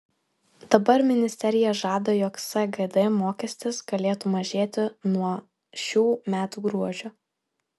dabar ministerija žada jog sgd mokestis galėtų mažėti nuo nuo šių metų gruodžio